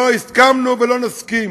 לא הסכמנו ולא נסכים